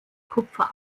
kupfer